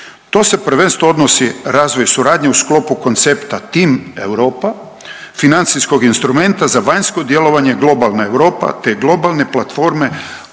To se prvenstvo odnosi razvoj suradnje u sklopu koncepta Tim Europa, financijskog instrumenta za vanjsko djelovanje Globalna Europa, te globalne platforme